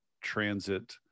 transit